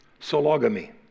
sologamy